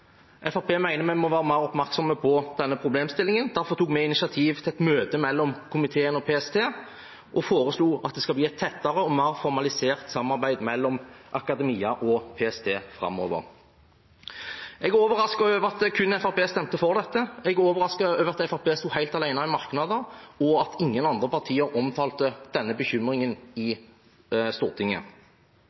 vi må være mer oppmerksomme på denne problemstillingen. Derfor tok vi initiativ til et møte mellom komiteen og PST og foreslo at det skal bli et tettere og mer formalisert samarbeid mellom akademia og PST framover. Jeg er overrasket over at kun Fremskrittspartiet stemte for dette. Jeg er overrasket over at Fremskrittspartiet sto helt alene i merknader, og at ingen andre partier omtalte denne bekymringen i Stortinget.